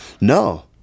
No